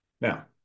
now